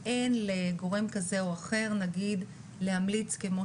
אין לגורם כזה או אחר, נגיד להמליץ כמו